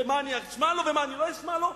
ומה אני אשמע לו ומה אני לא אשמע לו?